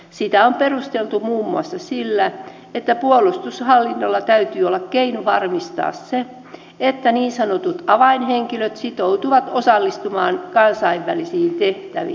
sitä on perusteltu muun muassa sillä että puolustushallinnolla täytyy olla keino varmistaa se että niin sanotut avainhenkilöt sitoutuvat osallistumaan kansainvälisiin tehtäviin